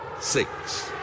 six